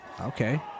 Okay